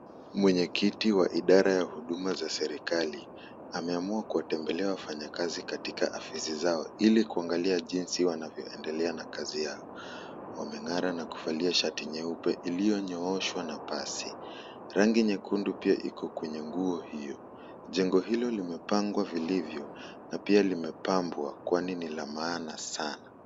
Mwenyekiti wa idara ya huduma za serikali ameamua kuwatembelea wafanyakazi katika afisi zao ili kuangalia jinsi wanavyoendelea na kazi yao, wameng'ara na kuvalia shati nyeupe iliyonyooshwa na pasi, rangi nyekundu pia iko kwenye nguo hiyo, jengo hilo limepangwa vilivyo na pia limepambwa kwani ni la maana sana.